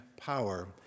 power